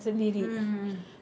mm mm mm mm